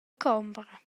combra